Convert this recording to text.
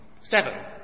Seven